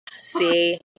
See